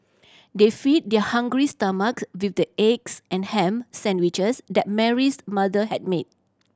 they feed their hungry stomach with the eggs and ham sandwiches that Mary's mother had made